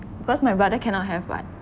because my brother cannot have [what]